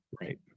right